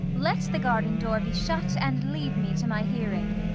let the garden door be shut, and leave me to my hearing.